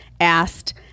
asked